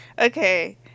okay